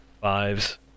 Fives